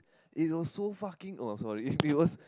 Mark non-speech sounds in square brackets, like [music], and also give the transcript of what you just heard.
it was so fucking oh I'm sorry [laughs] it was